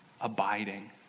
abiding